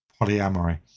polyamory